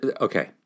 Okay